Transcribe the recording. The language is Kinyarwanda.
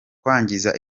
kwangiza